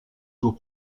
jours